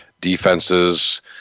defenses